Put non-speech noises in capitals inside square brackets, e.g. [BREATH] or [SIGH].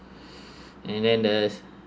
[BREATH] and then there's